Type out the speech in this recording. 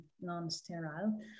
non-sterile